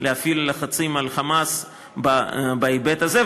להפעיל לחצים על "חמאס" בהיבט הזה,